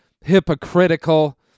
hypocritical